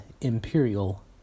imperial